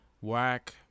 whack